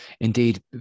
Indeed